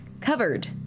covered